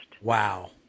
Wow